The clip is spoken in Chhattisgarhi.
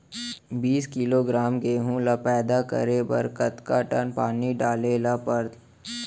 बीस किलोग्राम गेहूँ ल पैदा करे बर कतका टन पानी डाले ल लगथे?